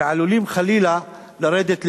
שעלולים, חלילה, לרדת לטמיון.